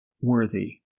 worthy